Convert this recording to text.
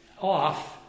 off